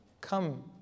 come